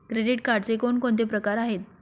Credit कार्डचे कोणकोणते प्रकार आहेत?